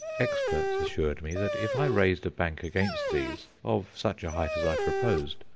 experts assured me that if i raised a bank against these, of such a height as i proposed,